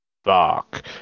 fuck